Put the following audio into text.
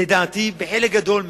לדעתי, בחלק גדול מהן,